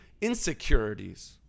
insecurities